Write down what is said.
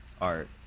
art